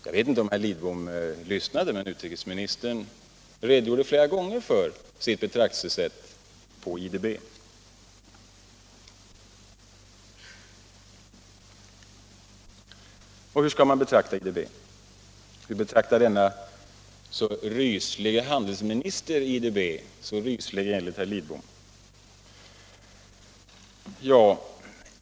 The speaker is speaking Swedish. Jag vet inte om herr Lidbom lyssnade, men utrikesministern redogjorde flera gånger för sitt betraktelsesätt i frågan om IDB. Hur skall man då betrakta IDB, och hur ser den enligt herr Lidbom så ryslige handelsministern på IDB?